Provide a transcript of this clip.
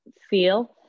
feel